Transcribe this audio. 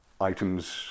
items